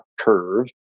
curve